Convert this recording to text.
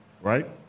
right